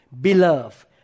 beloved